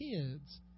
kids